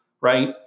Right